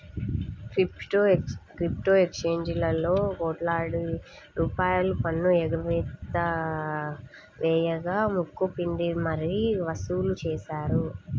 crypto ఎక్స్చేంజీలలో కోట్లాది రూపాయల పన్ను ఎగవేత వేయగా ముక్కు పిండి మరీ వసూలు చేశారు